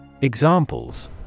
Examples